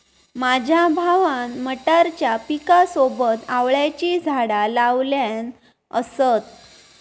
माझ्या भावान मटारच्या पिकासोबत आवळ्याची झाडा लावल्यान असत